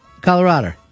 Colorado